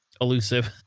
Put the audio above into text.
elusive